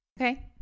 okay